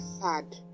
sad